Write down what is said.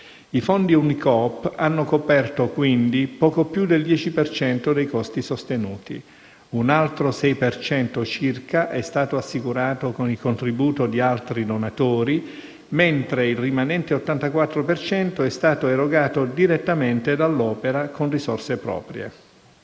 I fondi Unicoop hanno coperto, quindi, poco più del 10 per cento dei costi sostenuti; un altro 6 per cento circa è stato assicurato con il contributo di altri donatori, mentre il rimanente 84 per cento è stato erogato direttamente dall'Opera con risorse proprie.